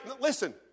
listen